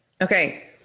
okay